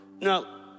no